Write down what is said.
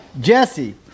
Jesse